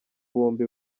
bombi